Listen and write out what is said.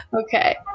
Okay